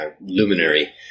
luminary